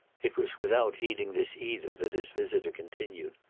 it was without heeding this either that his visitor continued.